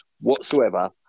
whatsoever